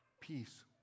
peace